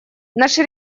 наша